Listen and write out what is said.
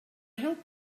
help